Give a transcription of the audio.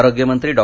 आरोग्यमंत्री डॉ